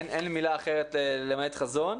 אין לי מילה אחרת למעט חזון,